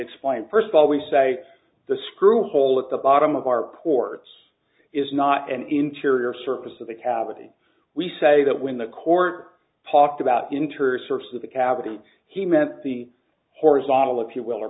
explain first of all we say the screw hole at the bottom of our courts is not an interior surface of the cavity we say that when the court talked about interspersed with the cavity he meant the horizontal if you will or